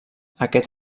aquest